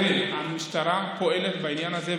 המשטרה פועלת בעניין הזה,